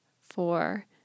four